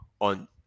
on